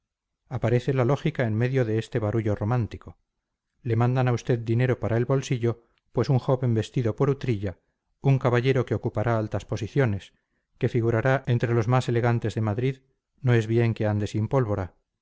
aparece la lógica en medio de este barullo romántico le mandan a usted dinero para el bolsillo pues un joven vestido por utrilla un caballero que ocupará altas posiciones que figurará entre los más elegantes de madrid no es bien que ande sin pólvora